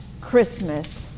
Christmas